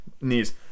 knees